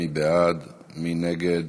מי בעד, מי נגד,